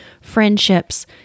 friendships